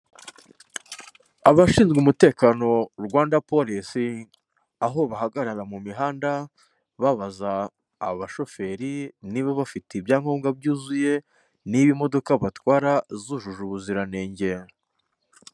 Abashinzwe umutekano Rwanda polisi aho bahagarara mu mihanda, babaza abashoferi niba bafite ibyangombwa byuzuye, niba imodoka batwara zujuje ubuziranenge.